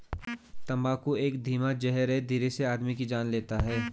तम्बाकू एक धीमा जहर है धीरे से आदमी की जान लेता है